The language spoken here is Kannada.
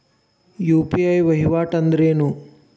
ಯು.ಪಿ.ಐ ವಹಿವಾಟ್ ಅಂದ್ರೇನು?